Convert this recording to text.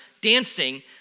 dancing